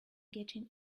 getting